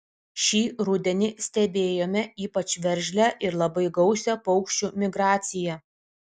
šį rudenį stebėjome ypač veržlią ir labai gausią paukščių migraciją